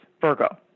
Virgo